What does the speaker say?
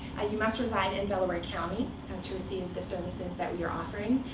and you must reside in delaware county and to receive the services that we are offering.